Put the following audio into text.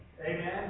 Amen